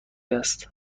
است